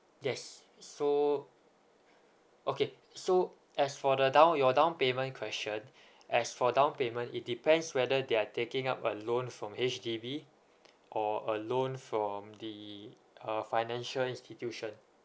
yes so okay so as for the down your down payment question as for down payment it depends whether they're taking up a loan from H_D_B or a loan from the uh financial institution